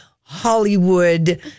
hollywood